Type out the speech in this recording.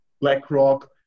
BlackRock